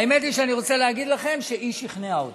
האמת היא, אני רוצה להגיד לכם שהיא שכנעה אותי.